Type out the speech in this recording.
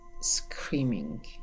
screaming